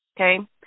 Okay